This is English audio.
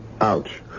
Ouch